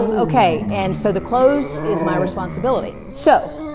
um okay, and so the close is my responsibility. so,